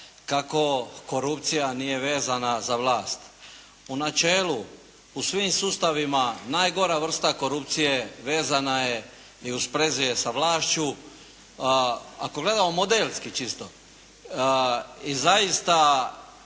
kako korupcija nije vezana za vlast. U načelu u svim sustavima najgora vrsta korupcije vezana je i usprezuje sa vlašću. Ako gledamo modelski čisto i zaista